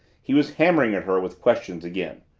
he was hammering at her with questions again.